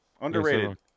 Underrated